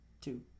Two